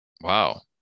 Wow